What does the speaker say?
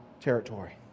territory